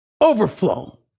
overflow